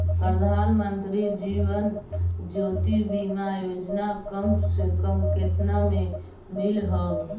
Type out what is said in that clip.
प्रधानमंत्री जीवन ज्योति बीमा योजना कम से कम केतना में मिल हव